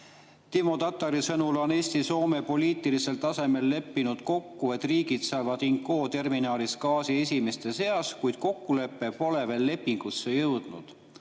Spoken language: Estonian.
"Timo Tatari sõnul on Eesti ja Soome poliitilisel tasemel leppinud kokku, et riigid saavad Inkoo terminalist gaasi esimeste seas, kuid kokkulepe pole veel lepingusse jõudnud.